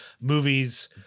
movies